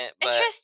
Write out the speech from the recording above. Interesting